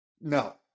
No